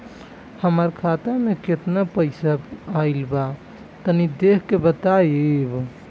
हमार खाता मे केतना पईसा आइल बा तनि देख के बतईब?